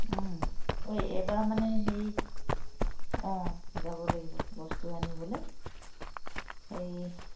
ঐ এইবাৰ মানে হেৰি অঁ যাব লাগিব বস্তু আনিবলৈ এই